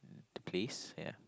the place yeah